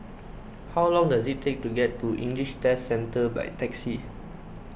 how long does it take to get to English Test Centre by taxi